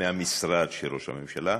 מהמשרד של ראש הממשלה,